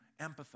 empathize